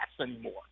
anymore